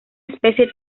especie